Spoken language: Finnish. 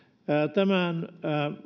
tämän